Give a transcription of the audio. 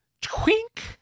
twink